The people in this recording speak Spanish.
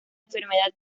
enfermedad